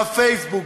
בפייסבוק,